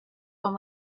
when